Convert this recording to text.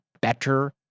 better